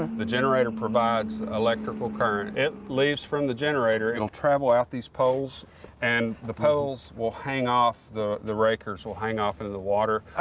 the generator provides electrical current. it leaves from the generator, it will travel out these poles and the poles will hang off, the the rakers will hang off in the water.